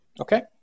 Okay